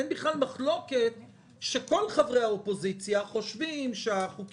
אין בכלל מחלוקת שכל חברי האופוזיציה חושבים שהצעות החוק